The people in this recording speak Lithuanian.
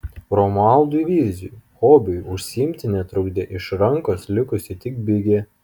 romualdui vyzui hobiu užsiimti netrukdė iš rankos likusi tik bigė